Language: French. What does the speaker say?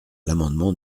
l’amendement